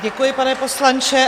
Děkuji, pane poslanče.